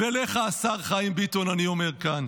ולך, השר חיים ביטון, אני אומר כאן: